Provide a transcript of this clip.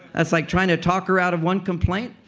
that's like trying to talk her out of one complaint,